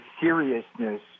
seriousness